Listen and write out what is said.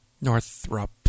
Northrop